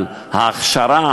אבל ההכשרה